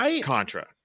Contra